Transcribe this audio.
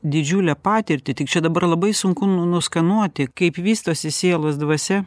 didžiulę patirtį tik čia dabar labai sunku nu nuskenuoti kaip vystosi sielos dvasia